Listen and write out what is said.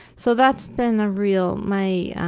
so that's been a real, my,